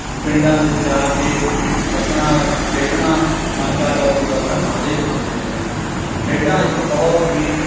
ਪਿੰਡਾਂ ਵਿੱਚ ਜਾ ਕੇ ਹੱਸਣਾ ਖੇਡਣਾ ਮਨ ਕਾ ਚਾਓ ਪੂਰਾ ਕਰਨਾ ਹਰੇਕ ਬੰਦੇ ਦਾ ਜਾਣੀ ਕੇ ਖੇਡਾਂ ਇੱਕ ਬਹੁਤ ਹੀ